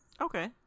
okay